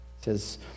says